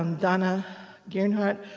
um donna gernhardt,